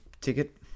ticket